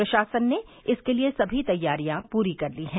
प्रशासन ने इसके लिए सभी तैयारियां पूरी कर ली हैं